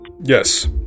Yes